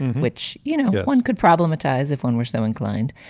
which, you know, one could problematize if one were so inclined.